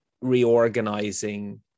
reorganizing